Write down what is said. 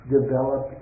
develop